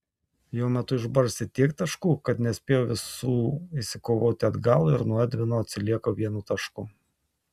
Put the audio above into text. jo metu išbarstė tiek taškų kad nespėjo visų išsikovoti atgal ir nuo edvino atsilieka vienu tašku